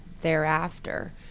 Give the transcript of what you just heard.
thereafter